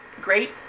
great